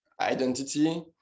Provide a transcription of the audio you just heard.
identity